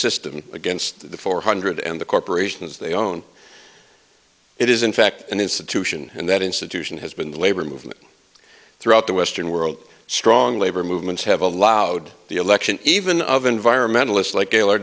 system against the four hundred and the corporations they own it is in fact an institution and that institution has been the labor movement throughout the western world strong labor movements have allowed the election even of environmentalist